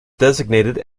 designated